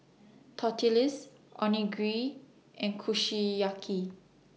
Tortillas Onigiri and Kushiyaki